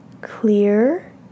Clear